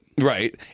right